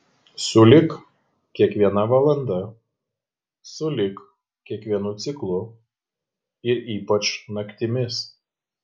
sulig kiekviena valanda sulig kiekvienu ciklu ir ypač naktimis